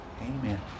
Amen